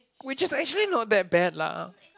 which is actually not that bad lah